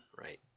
right